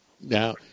Now